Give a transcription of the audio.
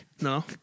no